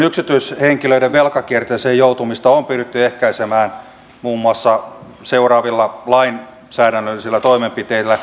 yksityishenkilöiden velkakierteeseen joutumista on pyritty ehkäisemään muun muassa seuraavilla lainsäädännöllisillä toimenpiteillä